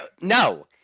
No